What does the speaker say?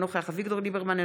אינו נוכח אביגדור ליברמן,